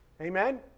Amen